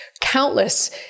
countless